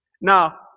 Now